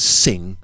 sing